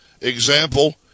Example